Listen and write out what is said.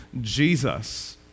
Jesus